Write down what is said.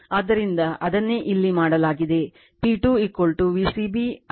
ಆದ್ದರಿಂದ ಅದನ್ನೇ ಇಲ್ಲಿ ಮಾಡಲಾಗಿದೆ P2 V c b Ic cos cos cos